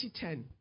2010